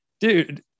Dude